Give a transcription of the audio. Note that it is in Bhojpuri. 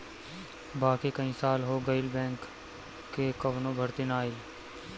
बाकी कई साल हो गईल बैंक कअ कवनो भर्ती ना आईल